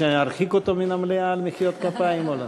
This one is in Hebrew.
שארחיק אותו מן המליאה על מחיאות כפיים או לא?